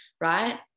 right